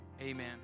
amen